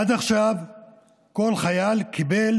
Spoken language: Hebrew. עד עכשיו כל חייל קיבל